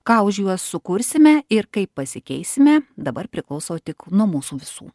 ką už juos sukursime ir kaip pasikeisime dabar priklauso tik nuo mūsų visų